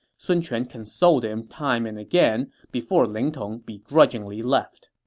sun quan consoled him time and again before ling tong begrudgingly left